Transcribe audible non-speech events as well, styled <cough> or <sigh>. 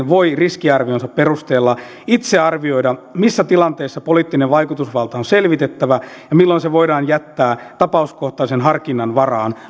<unintelligible> voi riskiarvionsa perusteella itse arvioida missä tilanteissa poliittinen vaikutusvalta on selvitettävä ja milloin se voidaan jättää tapauskohtaisen harkinnan varaan